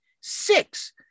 Six